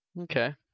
Okay